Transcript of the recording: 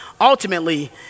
ultimately